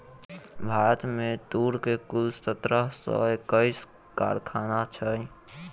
भारत में तूर के कुल सत्रह सौ एक्कैस कारखाना छै